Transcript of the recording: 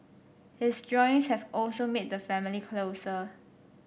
his drawings have also made the family closer